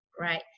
right